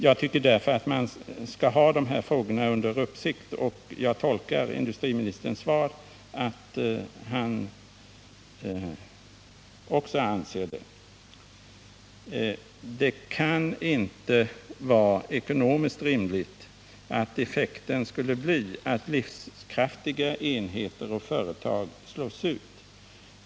Jag tycker därför att man skall ha dessa frågor under uppsikt, och jag tolkar industriministerns svar så att också han anser det. Det kan inte vara ekonomiskt rimligt att effekten skulle bli den att livskraftiga enheter och företag slås ut.